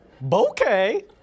Bouquet